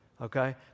okay